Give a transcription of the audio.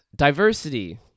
Diversity